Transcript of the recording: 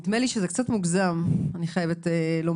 נדמה לי שזה קצת מוגזם, אני חייבת לומר.